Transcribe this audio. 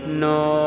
no